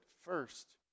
first